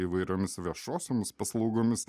įvairiomis viešosiomis paslaugomis